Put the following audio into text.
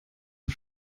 auf